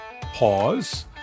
pause